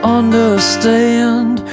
understand